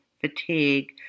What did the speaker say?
fatigue